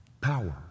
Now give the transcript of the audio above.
power